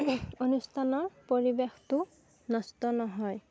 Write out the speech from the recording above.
অনুষ্ঠানৰ পৰিৱেশটো নষ্ট নহয়